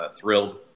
thrilled